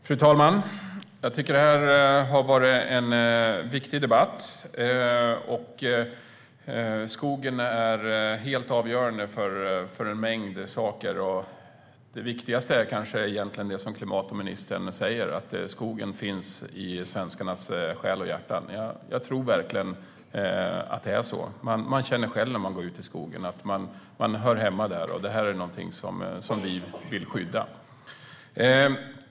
Fru talman! Detta har varit en viktig debatt. Skogen är helt avgörande för en mängd saker. Det viktigaste är kanske det som klimat och miljöministern säger. Skogen finns i svenskarnas själ och hjärta. Jag tror verkligen att det är så. De känner själva när de går ut i skogen att de hör hemma där. Det är någonting som vi vill skydda.